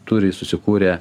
turi susikūrę